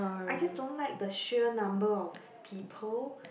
I just don't like the sheer number of people